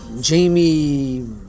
Jamie